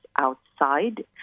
outside